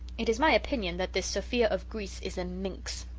it is my opinion that this sophia of greece is a minx.